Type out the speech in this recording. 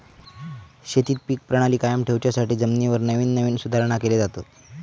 शेतीत पीक प्रणाली कायम ठेवच्यासाठी जमिनीवर नवीन नवीन सुधारणा केले जातत